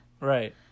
Right